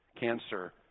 cancer